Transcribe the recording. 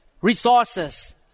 resources